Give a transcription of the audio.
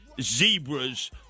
zebras